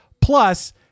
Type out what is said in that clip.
Plus